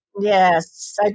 yes